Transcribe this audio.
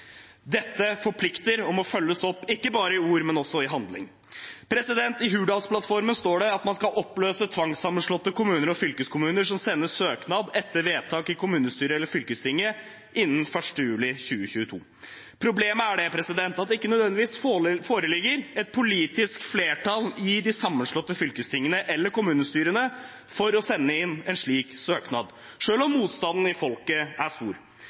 Dette forplikter og må følges opp, ikke bare i ord, men også i handling. I Hurdalsplattformen står det at man skal oppløse tvangssammenslåtte kommuner og fylkeskommuner som sender søknad etter vedtak i kommunestyret eller fylkestinget innen 1. juli 2022. Problemet er at det ikke nødvendigvis foreligger et politisk flertall i de sammenslåtte fylkestingene eller kommunestyrene for å sende inn en slik søknad, selv om motstanden i folket er stor.